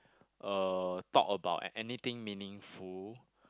uh talk about a~ anything meaningful